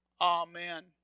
Amen